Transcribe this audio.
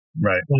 Right